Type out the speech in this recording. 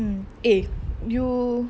eh you